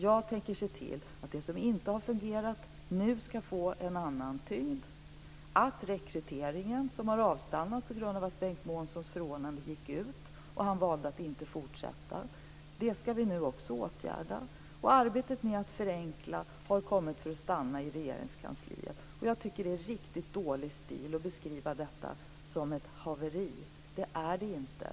Jag tänker se till att det som inte har fungerat nu ska få en annan tyngd, att rekryteringen, som har avstannat på grund av att Bengt Månssons förordnande gick ut och han valde att inte fortsätta, ska åtgärdas. Och arbetet med att förenkla har kommit för att stanna i Jag tycker att det är riktigt dålig stil att beskriva detta som ett haveri. Det är det inte.